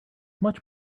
much